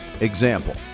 example